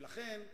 ולכן,